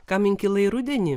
kam inkilai rudenį